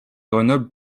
grenoble